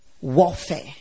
warfare